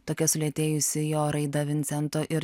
tokia sulėtėjusi jo raida vincento ir